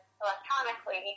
electronically